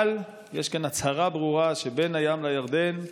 אבל יש כאן הצהרה ברורה שבין הים לירדן,